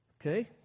Okay